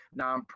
nonprofit